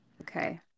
Okay